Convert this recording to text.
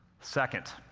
second,